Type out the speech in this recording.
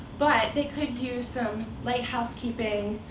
but they could use some light housekeeping,